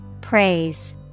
Praise